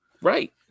Right